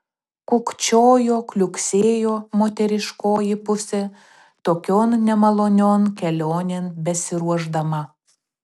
kukčiojo kliuksėjo moteriškoji pusė tokion nemalonion kelionėn besiruošdama